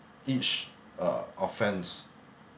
each uh offence